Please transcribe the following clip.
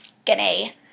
skinny